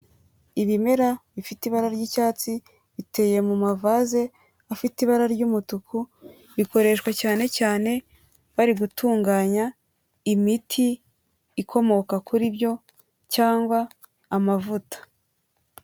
Ibimera bifite ibara ry'icyatsi biteyr mu mavase afite ibara ry'umutuku, bikoreshwa cyane cyane bari gutunganya imiti ikomoka kuri byo cyangwa amavuta.